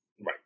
right